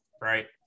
right